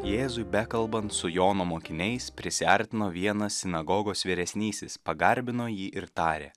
jėzui bekalbant su jono mokiniais prisiartino vienas sinagogos vyresnysis pagarbino jį ir tarė